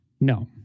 no